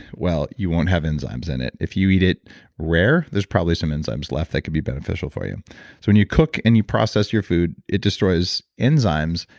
well you won't have enzymes in it. if you eat it rare, there's probably some enzymes left that could be beneficial for you. so when you cook, and you process your food, it destroys enzymes.